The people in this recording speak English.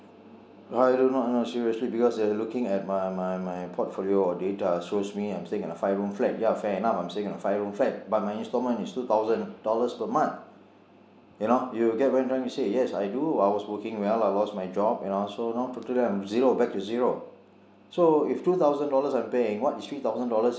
uh I do not know seriously because they are looking at my my my portfolio or data so which means I am staying in a five room flat ya fair enough I am staying in a five room flat but my instalment is two thousand dollars per month you know you get what I am trying to say yes I do I was working well I lost my job you know so now totally I am zero back to zero so if two thousand dollars I am paying what is three thousand dollars